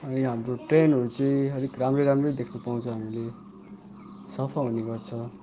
अनि हाम्रो ट्रेनहरू चाहिँ अलिक राम्रै राम्रै देख्न पाउँछ हामीले सफा हुने गर्छ